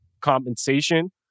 compensation